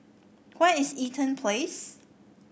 where is Eaton Place